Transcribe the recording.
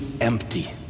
empty